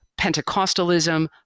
Pentecostalism